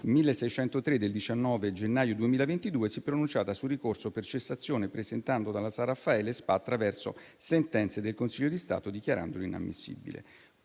n. 1603 del 19 gennaio 2022, si è pronunciata sul ricorso per cessazione presentato dalla San Raffaele SpA attraverso sentenze del Consiglio di Stato dichiarandolo inammissibile.